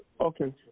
Okay